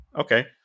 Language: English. Okay